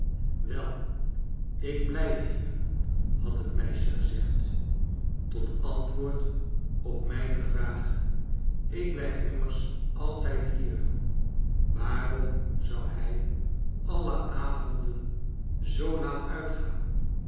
wei ik blijf hier had het meisje gezegd tot antwoord op mijne yraag ik blijf immers altijd hier waarom zou hij alle avonden zoo laat uitgaan